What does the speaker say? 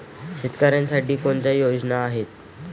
शेतकऱ्यांसाठी कोणत्या योजना आहेत?